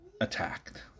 attacked